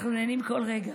אנחנו נהנים מכל רגע.